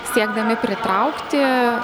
siekdami pritraukti